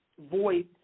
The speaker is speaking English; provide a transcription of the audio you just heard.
voice